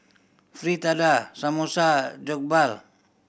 Fritada Samosa Jokbal